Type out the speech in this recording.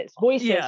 Voices